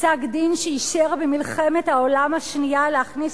פסק-דין שאישר במלחמת העולם השנייה להכניס